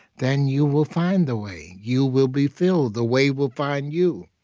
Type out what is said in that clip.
then you will find the way. you will be filled. the way will find you.